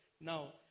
Now